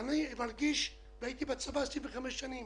אני מרגיש והייתי בצבא 25 שנים